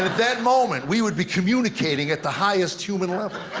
that moment, we would be communicating at the highest human level.